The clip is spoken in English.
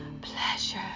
pleasure